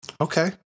Okay